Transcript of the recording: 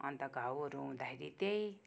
अन्त घाउहरू हुँदाखेरि त्यही